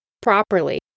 properly